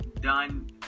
done